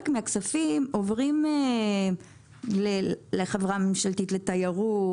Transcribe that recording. מן הכספים עוברים לחברה הממשלתית לתיירות,